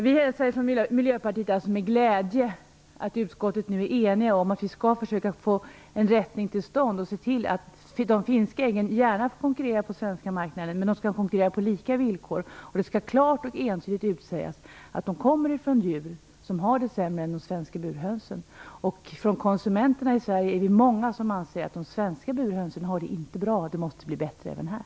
Vi hälsar från Miljöpartiet med glädje att utskottet nu är enigt om att försöka åstadkomma en korrigering. De finska äggen får gärna konkurrera på den svenska marknaden, men det skall ske på lika villkor. Det skall klart och entydigt utsägas att de kommer från djur som har det sämre än de svenska burhönsen. Dessutom är det många av de svenska konsumenterna som anser att inte heller de svenska burhönsen har det bra och att det måste bli bättre även här.